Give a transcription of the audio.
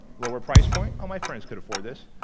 lower price point? my friends could afford this.